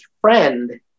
friend